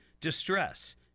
distress